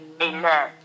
Amen